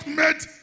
made